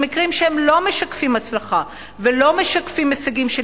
גם במקרים שהם לא משקפים הצלחה ולא משקפים הישגים של